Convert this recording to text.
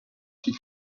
she